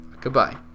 Goodbye